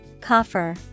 Coffer